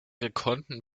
gekonnten